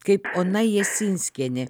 kaip ona jasinskienė